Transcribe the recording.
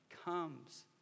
comes